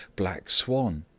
black swan,